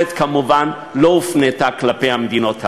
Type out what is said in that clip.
כמובן, הביקורת לא הופנתה כלפי המדינות האלה.